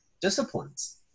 disciplines